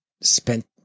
spent